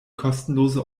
kostenlose